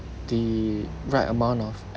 the right amount of